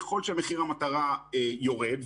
ככול שמחיר המטרה יורד,